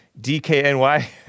D-K-N-Y